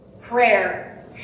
prayer